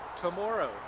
Tomorrow